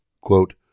Quote